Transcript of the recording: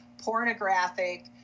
pornographic